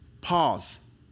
Pause